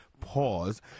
pause